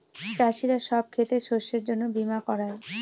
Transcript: চাষীরা সব ক্ষেতের শস্যের জন্য বীমা করায়